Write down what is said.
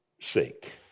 sake